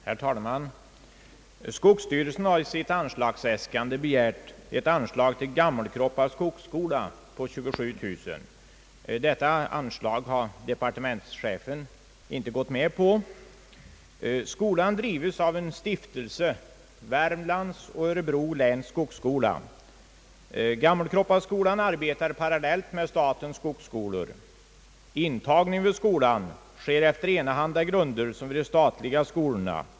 Herr talman! Skogsstyrelsen har i sitt anslagsäskande begärt ett anslag till Gammelkroppa skogsskola på 27000 kronor. Denna framställning har departementschefen inte bifallit. Skogsskolan i Gammelkroppa drives av en stiftelse, Värmlands och Örebro läns skogsskola. Den arbetar parallellt med statens skogsskolor. Intagningen vid skolan sker efter enahanda grunder som vid de statliga skolorna.